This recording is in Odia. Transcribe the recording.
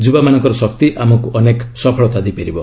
ଯୁବାମାନଙ୍କର ଶକ୍ତି ଆମକୁ ଅନେକ ସଫଳତା ଦେଇପାରିବ